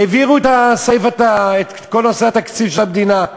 העבירו את כל נושא התקציב של המדינה.